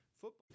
Football